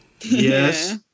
Yes